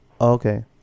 Okay